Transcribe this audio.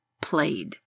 Played